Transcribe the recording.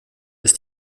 ist